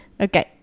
Okay